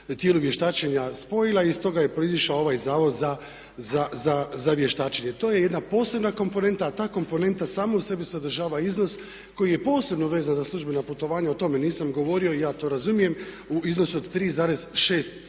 tijelu vještačenja spojila i iz toga je proizašao ovaj zavod za vještačenje. To je jedna posebne komponenta a ta komponenta sama u sebi sadržava iznos koji je posebno vezan za službena putovanja, o tome nisam govorio i ja to razumijem u iznosu od 3,6